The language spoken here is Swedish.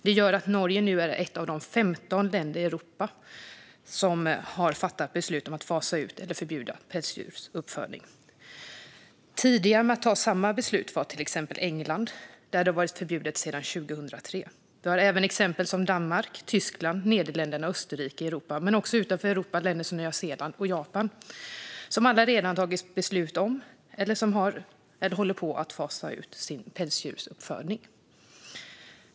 Det gör att Norge nu är ett av de 15 länder i Europa som har fattat beslut om att fasa ut eller förbjuda pälsdjursuppfödning. Tidigt med att fatta samma beslut var Storbritannien, där det har varit förbjudet sedan 2003. Även Danmark, Tyskland, Nederländerna och Österrike men också länder utanför Europa, som Nya Zeeland och Japan, har redan fattat beslutet eller håller på att fasa ut sin pälsdjursuppfödning.